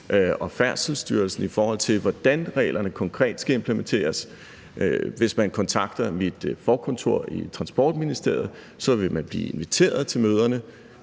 og Færdselsstyrelsen, i forhold til hvordan reglerne konkret skal implementeres. Hvis man kontakter mit forkontor i Transportministeriet, vil man blive inviteret til møderne.